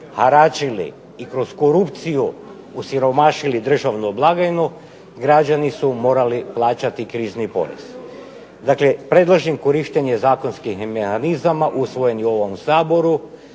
haračili i kroz korupciju osiromašili državnu blagajnu građani su morali plaćati krizni porez. Dakle, predlažem korištenje zakonskih mehanizama usvojenih u ovom Saboru